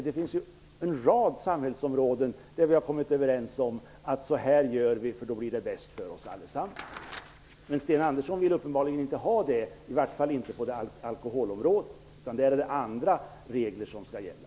Det finns en rad samhällsområden där vi har kommit överens om att göra på ett visst sätt för att det då blir bäst för oss allesammans. Men Sten Andersson vill uppenbarligen inte ha det så, i vart fall inte på alkoholområdet. Där är det andra regler som skall gälla.